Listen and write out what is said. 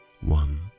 one